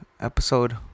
episode